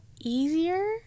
easier